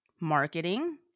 Marketing